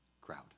crowd